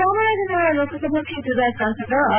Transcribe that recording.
ಚಾಮರಾಜನಗರ ಲೋಕಸಭಾ ಕ್ಷೇತ್ರದ ಸಂಸದ ಆರ್